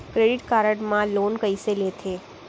Credit card मा loan कइसे लेथे?